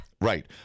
Right